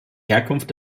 herkunft